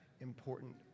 important